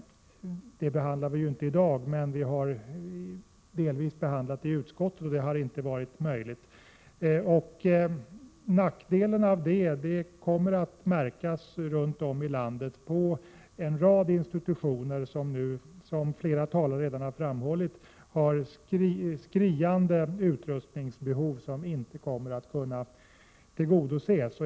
Detta behandlar vi ju inte i dag, men vi har delvis behandlat det i utskottet. Nackdelen med att det inte har varit möjligt att träffa en sådan uppgörelse kommer att märkas runt om i landet på en rad institutioner vilka, som flera talare redan framhållit, har skriande utrustningsbehov som inte kommer att kunna tillgodoses.